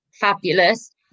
fabulous